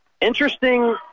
Interesting